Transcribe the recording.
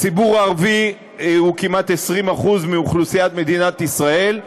הציבור הערבי הוא כמעט 20% מאוכלוסיית מדינת ישראל,